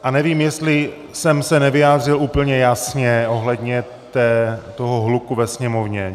A nevím, jestli jsem se nevyjádřil úplně jasně ohledně hluku ve sněmovně!